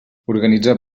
organitzar